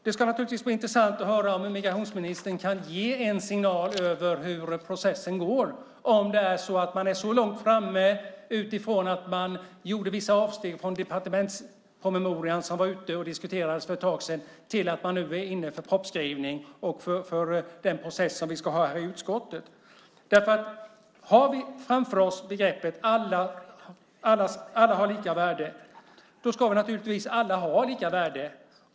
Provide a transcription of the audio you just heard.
Det skulle naturligtvis vara intressant att höra om migrationsministern kan ge en signal om hur processen går, om man kommit så långt - utifrån att man gjorde vissa avsteg från den departementspromemoria som diskuterades för ett tag sedan - att man nu är inne på propositionsskrivande och den process som kommer att ske i utskottet. Om vi har framför oss begreppet alla har lika värde ska naturligtvis alla också ha lika värde.